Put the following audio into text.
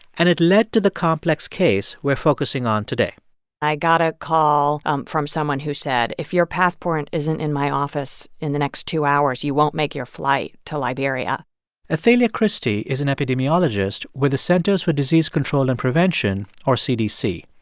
and it led to the complex case we're focusing on today i got a call um from someone who said, if your passport isn't in my office in the next two hours, you won't make your flight to liberia athalia christie is an epidemiologist with the centers for disease control and prevention, or cdc.